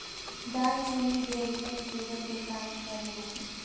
दालचीनी देहि में शुगर के कम करेला